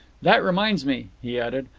that reminds me, he added,